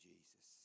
Jesus